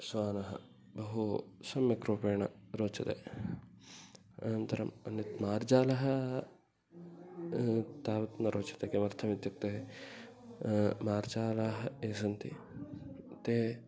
श्वानः बहु सम्यक्रूपेण रोचते अनन्तरम् अन्यत् मार्जालः तावत् न रोचते किमर्थमित्युक्ते मार्जालाः ये सन्ति ते